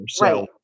Right